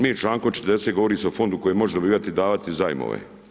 Mi čl.40. govori se o fondu koji može dobivati i davati zajmove.